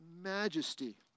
majesty